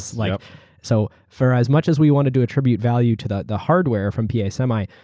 like so for as much as we want to to attribute value to the the hardware from p. a. semi,